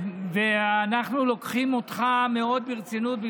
ואנחנו לוקחים אותך מאוד ברצינות.